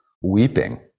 weeping